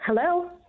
Hello